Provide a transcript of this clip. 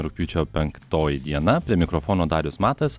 rugpjūčio penktoji diena prie mikrofono darius matas